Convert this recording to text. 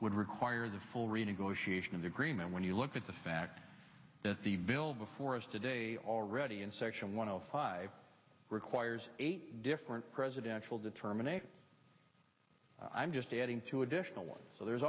would require the full renegotiation of the agreement when you look at the fact that the bill before us today already in section one hundred five requires eight different presidential determination i'm just adding two additional ones so there's